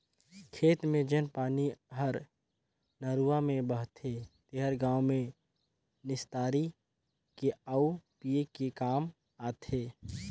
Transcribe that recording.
खेत के जेन पानी हर नरूवा में बहथे तेहर गांव में निस्तारी के आउ पिए के काम आथे